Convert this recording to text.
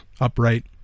upright